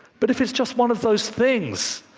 but if it's just one of those things,